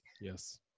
Yes